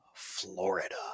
florida